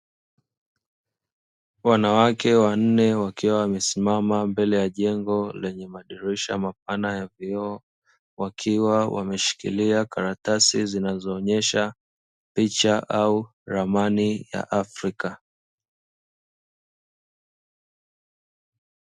Wanawake wanne, wakiwa wamesimama mbele ya jengo lenye madirisha mapana ya vioo, wakiwa wameshikilia karatasi zinazoonyesha picha au ramani ya afrika.